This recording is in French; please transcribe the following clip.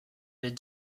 les